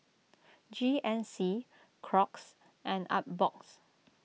G N C Crocs and Artbox